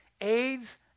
AIDS